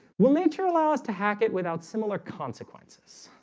will nature allow us to hack it without similar consequences